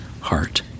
heart